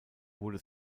wurde